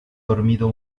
dormido